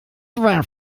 war